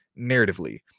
narratively